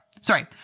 Sorry